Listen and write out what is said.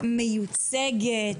מיוצגת,